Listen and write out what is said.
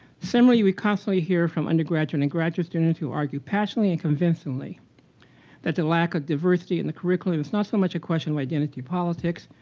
similarly, we constantly hear from undergraduate and graduate students who argue passionately and convincingly that the lack of diversity in the curriculum is not so much a question of identity politics,